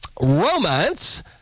romance